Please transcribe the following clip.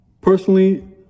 Personally